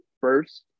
first